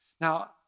Now